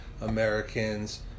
Americans